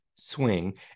swing